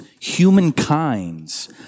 humankinds